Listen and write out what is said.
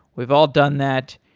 we've all done that,